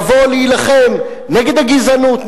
לבוא להילחם נגד הגזענות,